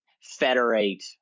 federate